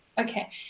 Okay